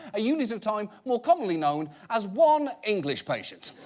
a unit of time more commonly known as one english patient.